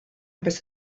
bez